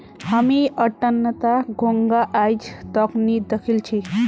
हामी अट्टनता घोंघा आइज तक नी दखिल छि